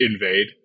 invade